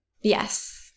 Yes